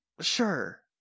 Sure